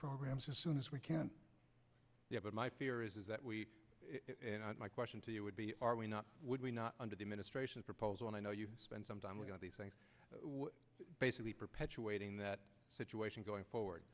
programs as soon as we can yeah but my fear is is that we my question to you would be are we not would we not under the ministrations proposal and i know you spent some time with these things basically perpetuating that situation going